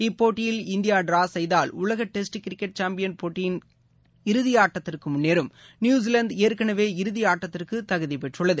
இப்போட்டியில் India draw செய்தால் உலக டெஸ்ட் கிரிக்கெட் சாம்பியன் போட்டியின் இறுதி ஆட்டத்திற்கு முன்னேறும் நியூசிலாந்து ஏற்கனவே இறுதி ஆட்டத்திற்கு தகுதி பெற்றள்ளது